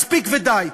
מספיק ודי.